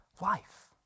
life